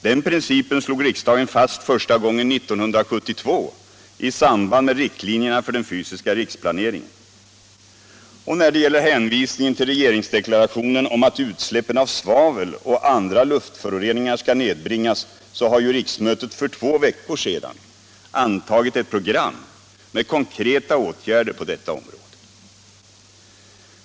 Den principen slog riksdagen fast första gången 1972 i samband med riktlinjerna för den fysiska riksplaneringen. Och när det gäller hänvisningen till regeringsdeklarationen om att utsläppen av svavel och andra luftföroreningar skall nedbringas så har ju riksmötet för två veckor sedan antagit ett program med konkreta åtgärder på detta område.